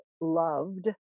loved